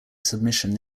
submission